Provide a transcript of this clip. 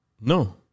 No